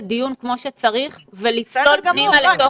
דיון כמו שצריך ולצלול פנימה לתוך הפרטים.